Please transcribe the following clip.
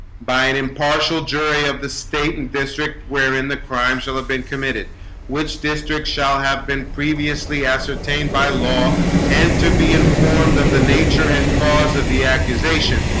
by an impartial jury of the state and district wherein the crimes shall have been committed which district shall have been previously ascertained by law and to be informed of the nature and cause of the accusation?